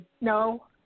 No